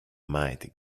mighty